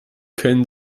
können